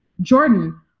Jordan